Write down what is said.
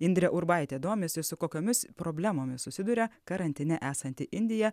indrė urbaitė domisi su kokiomis problemomis susiduria karantine esanti indija